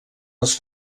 les